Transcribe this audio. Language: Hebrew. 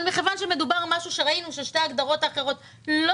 אבל מכיוון שראינו ששתי ההגדרות האחרות לא